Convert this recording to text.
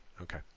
Okay